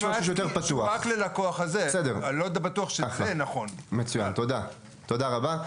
מצוין, תודה רבה.